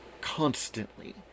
constantly